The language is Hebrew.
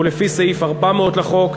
ולפי סעיף 400 לחוק,